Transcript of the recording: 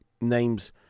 names